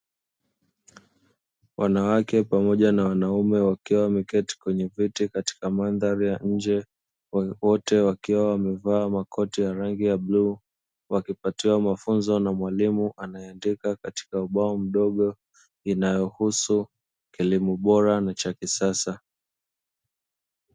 Wanawake pamoja na wanaume wakiwa wameketi kwenye viti katika mandhari ya nje wote wakiwa wamevaa makoti ya rangi ya bluu, wakipatiwa mafunzo na mwalimu anayeandika katika ubao mdogo inayohusu kilimo bora na cha kisasa.